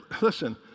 listen